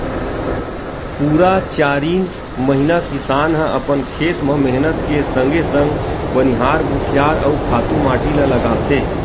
पुरा चारिन महिना किसान ह अपन खेत म मेहनत के संगे संग बनिहार भुतिहार अउ खातू माटी ल लगाथे